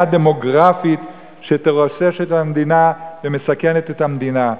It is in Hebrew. דמוגרפית שתרושש את המדינה ומסכנת את המדינה.